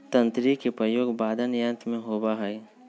तंत्री के प्रयोग वादन यंत्र में होबा हई